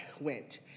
went